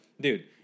dude